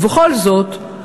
ובכל זאת,